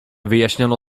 wyjaśniono